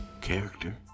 character